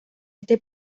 este